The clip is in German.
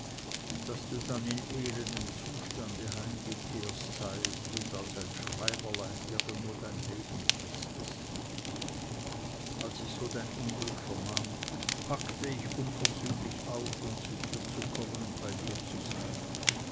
und daß du dann in elendem zustande heimgekehrt seiest und als ein schreiberlein irgendwo dein leben fristest als ich so dein unglück vernahm packte ich unverzüglich auf um zu dir zu kommen und bei dir zu sein